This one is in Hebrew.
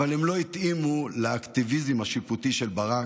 אבל הם לא התאימו לאקטיביזם השיפוטי של ברק,